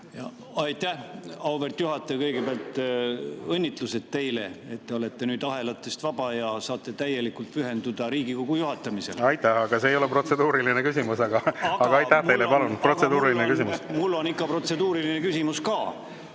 Aitäh, auväärt juhataja! Kõigepealt õnnitlused teile, et te olete nüüd ahelatest vaba ja saate täielikult pühenduda Riigikogu juhatamisele. Aitäh! See ei ole protseduuriline küsimus, aga aitäh teile! Palun protseduuriline küsimus! Aitäh! See ei ole protseduuriline küsimus,